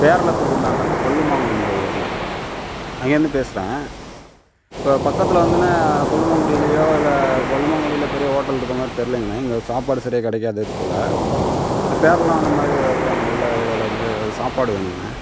பேரளத்துக்கு இந்தாண்டணா கொல்லுமாங்குடின்ற ஊருண்ணா அங்கேயிருந்து பேசுகிறேன் இப்போ பக்கத்தில் வந்துண்ணா கொல்லுமாங்குடிலேயோ இல்லை கொல்லுமாங்குடியில் பெரிய ஹோட்டல் இருக்கிற மாதிரி தெரியிலங்கண்ணா இங்கே சாப்பாடு சரியாக கிடைக்காது போல் பேரளம் அந்தமாதிரி ஏதாவது அங்கே உள்ளதுலேருந்து ஏதாவது சாப்பாடு வேணுண்ணா